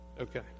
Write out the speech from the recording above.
Okay